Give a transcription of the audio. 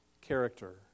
character